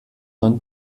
ein